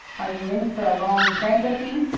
are you in for a long tramp with me?